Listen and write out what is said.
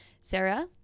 Sarah